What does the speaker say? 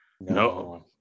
No